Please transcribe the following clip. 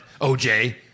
oj